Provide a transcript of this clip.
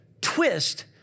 twist